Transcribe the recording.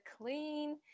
clean